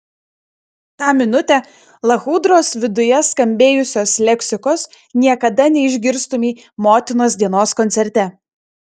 tą minutę lachudros viduje skambėjusios leksikos niekada neišgirstumei motinos dienos koncerte